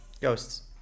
Ghosts